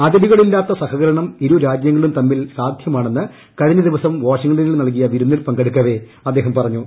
അതിരുകളില്ലാത്ത സഹകരണം ഇരു രാജ്യങ്ങളും തമ്മിൽ സാധ്യമാണെന്ന് കഴിഞ്ഞദിവസം വാഷിംഗ്ടണിൽ നൽകിയ വിരുന്നിൽ പങ്കെടുക്കവെ അദ്ദേഹം പറഞ്ഞു